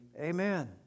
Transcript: Amen